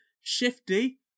shifty